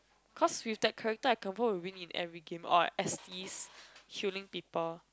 cause with that character I can walk within in any game or S_Es healing people